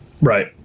right